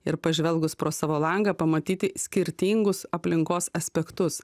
ir pažvelgus pro savo langą pamatyti skirtingus aplinkos aspektus